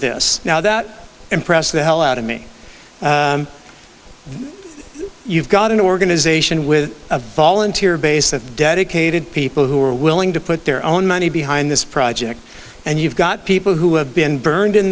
this now that impressed the hell out of me you've got an organization with a volunteer base of dedicated people who are willing to put their own money behind this project and you've got people who have been burned in